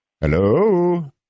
Hello